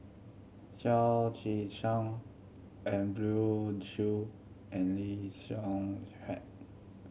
Chao Tzee Cheng Andrew Chew and Lee Xiong